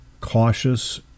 cautious